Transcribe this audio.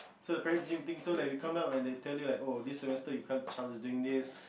so parent teacher meeting so like we come down and they tell you like this semester you can't child is doing this